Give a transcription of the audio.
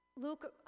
Luke